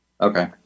Okay